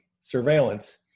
surveillance